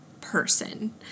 person